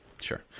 sure